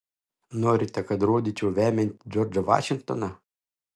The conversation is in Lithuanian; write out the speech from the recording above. norite kad rodyčiau vemiantį džordžą vašingtoną